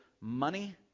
money